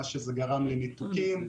זה גרם לניתוקים,